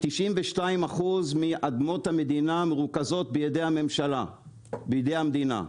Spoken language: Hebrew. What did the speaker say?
92% מאדמות המדינה מרוכזות בידי המדינה,